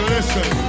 Listen